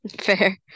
fair